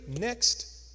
next